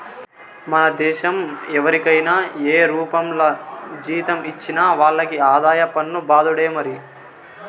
మన దేశం ఎవరికైనా ఏ రూపంల జీతం ఇచ్చినా వాళ్లకి ఆదాయ పన్ను బాదుడే మరి